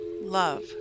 love